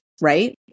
right